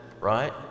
right